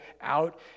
out